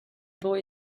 boy